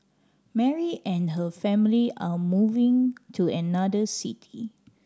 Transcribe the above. Mary and her family are moving to another city